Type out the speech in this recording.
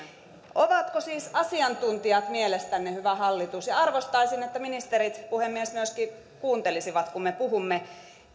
ovatko siis asiantuntijat mielestänne hyvä hallitus ja arvostaisin että ministerit puhemies myöskin kuuntelisivat kun me puhumme